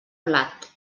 blat